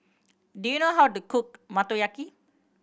do you know how to cook Motoyaki